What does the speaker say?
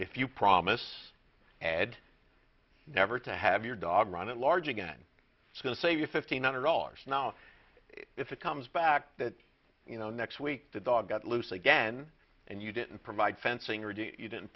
if you promise add never to have your dog run at large again so say your fifteen hundred dollars now if it comes back that you know next week the dog got loose again and you didn't provide fencing or do you didn't